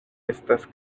estas